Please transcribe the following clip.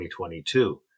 2022